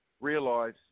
realise